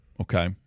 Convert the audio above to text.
okay